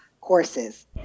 courses